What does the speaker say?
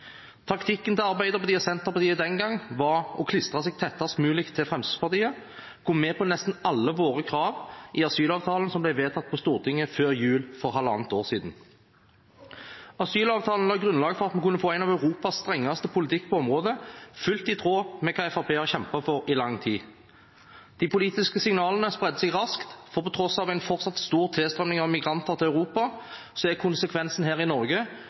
Taktikken til Arbeiderpartiet og Senterpartiet den gang var å klistre seg tettest mulig til Fremskrittspartiet og gå med på nesten alle våre krav i asylavtalen som ble vedtatt på Stortinget før jul for halvannet år siden. Asylavtalen la grunnlaget for at vi kunne få en av Europas mest strenge politikk på området, helt i tråd med hva Fremskrittspartiet har kjempet for i lang tid. De politiske signalene spredte seg raskt, for på tross av en fortsatt stor tilstrømming av migranter til Europa er konsekvensene her i Norge